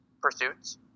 pursuits